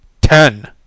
ten